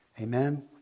Amen